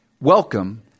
Welcome